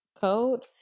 code